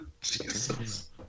Jesus